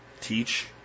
Teach